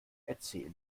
erzähl